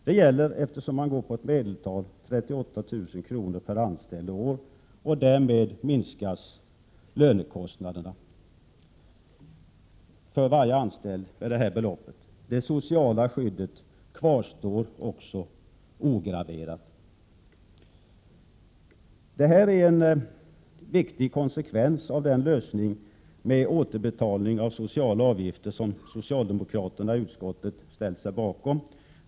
Det gäller — eftersom man går på ett medeltal — 38 000 kr. per anställd och år. Därmed minskas lönekostnaden för varje anställd med detta belopp. Det sociala skyddet kvarstår ograverat. Det är en viktig konsekvens av den lösning med återbetalning av sociala avgifter som socialdemokraterna i utskottet ställt sig bakom.